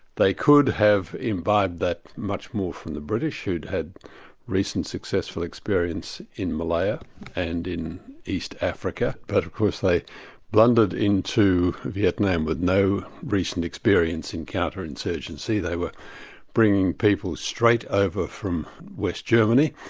they could have imbibed that much more from the british who'd had recent successful experience in malaya and in east africa, but of course they blundered into vietnam with no recent experience in counter-insurgency. they were bringing people straight over from west germany.